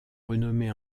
renommé